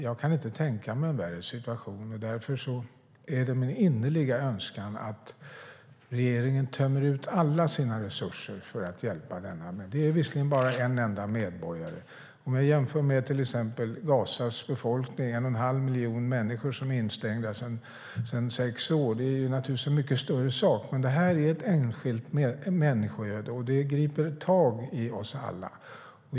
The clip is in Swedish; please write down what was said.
Jag kan inte tänka mig en värre situation. Därför är det min innerliga önskan att regeringen tömmer alla sina resurser för att hjälpa denne man. Det är visserligen bara en enda medborgare. Om vi jämför med till exempel Gazas befolkning, en och en halv miljon människor som är instängda sedan sex år, är det naturligtvis en mycket större sak. Men det här är ett enskilt människoöde och det griper tag i oss alla.